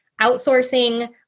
outsourcing